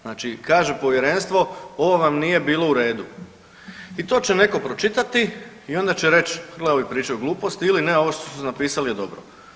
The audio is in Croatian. Znači kaže Povjerenstvo ovo vam nije bilo u redu i to će netko pročitati i onda će reći, gle, ovi pričaju gluposti ili ne, ovo što su napisali je dobro.